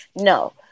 No